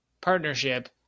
partnership